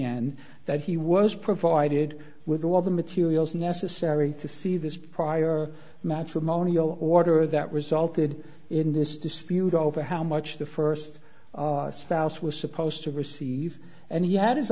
end that he was provided with all the materials necessary to see this prior matrimonial order that resulted in this dispute over how much the first spouse was supposed to receive and he had his